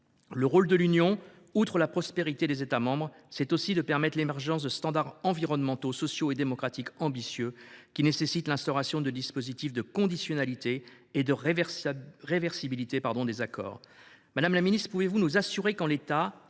Outre garantir la prospérité des États membres, le rôle de l’Union est aussi de permettre l’émergence de standards environnementaux, sociaux et démocratiques ambitieux, qui nécessitent l’instauration de dispositifs de conditionnalité et de réversibilité des accords. Madame la secrétaire d’État, pouvez vous nous assurer qu’en l’état